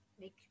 make